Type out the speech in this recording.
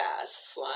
ass